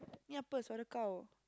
cow